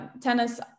tennis